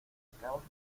acabas